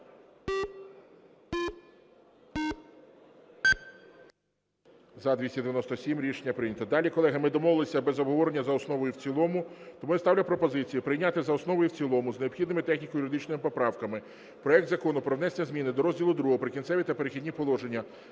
За-293 Рішення прийнято.